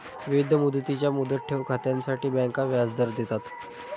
विविध मुदतींच्या मुदत ठेव खात्यांसाठी बँका व्याजदर देतात